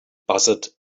buzzard